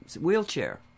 wheelchair